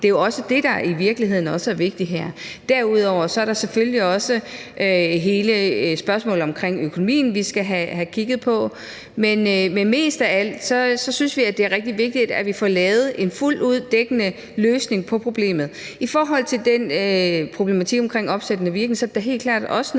Det er jo også det, der i virkeligheden også er vigtigt her. Derudover er der selvfølgelig også hele spørgsmålet omkring økonomien, vi skal have kigget på, men mest af alt synes vi, det er rigtig vigtigt, at vi får lavet en fuldt ud dækkende løsning på problemet. I forhold til den problematik omkring opsættende virkning er det da helt klart også noget,